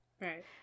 Right